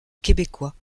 québécois